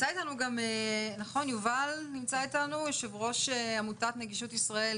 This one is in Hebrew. יובל, יו"ר עמותת נגישות ישראל.